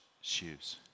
shoes